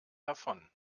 davon